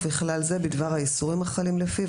ובכלל זה בדבר האיסורים החלים לפיו,